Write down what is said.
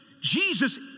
Jesus